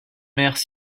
femme